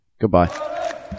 Goodbye